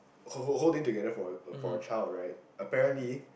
who~ whole day together for a for a child right apparently